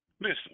listen